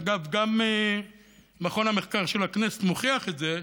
ואגב, גם מכון המחקר של הכנסת מוכיח את זה,